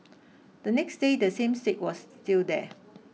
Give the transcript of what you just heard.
the next day the same stick was still there